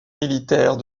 militaires